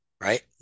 right